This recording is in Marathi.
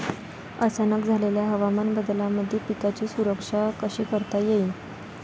अचानक झालेल्या हवामान बदलामंदी पिकाची सुरक्षा कशी करता येईन?